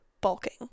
bulking